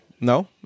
No